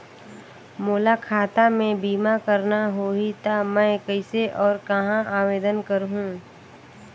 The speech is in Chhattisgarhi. मोला खाता मे बीमा करना होहि ता मैं कइसे और कहां आवेदन करहूं?